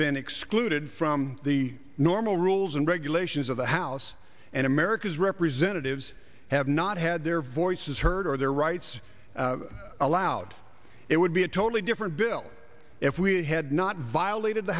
been excluded from the normal rules and regulations of the house and america's representatives have not had their voices heard or their rights allowed it would be a totally different bill if we had not violated the